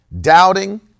doubting